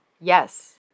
Yes